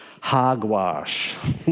Hogwash